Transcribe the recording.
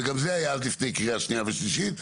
גם לפני קריאה שנייה ושלישית.